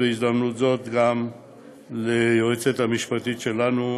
בהזדמנות זאת אני רוצה להודות גם ליועצת המשפטית שלנו,